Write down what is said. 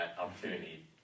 opportunity